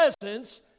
presence